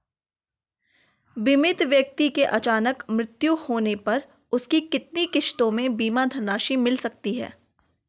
बीमित व्यक्ति के अचानक मृत्यु होने पर उसकी कितनी किश्तों में बीमा धनराशि मिल सकती है?